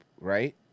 right